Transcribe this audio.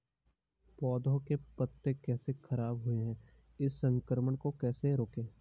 पौधों के पत्ते कैसे खराब हुए हैं इस संक्रमण को कैसे रोकें?